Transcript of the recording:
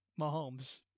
Mahomes